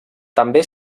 també